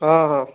ହଁ ହଁ